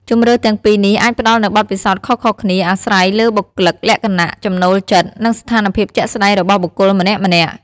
ជម្រើសទាំងពីរនេះ អាចផ្ដល់នូវបទពិសោធន៍ខុសៗគ្នា អាស្រ័យលើបុគ្គលិកលក្ខណៈ ចំណូលចិត្ត និងស្ថានភាពជាក់ស្ដែងរបស់បុគ្គលម្នាក់ៗ។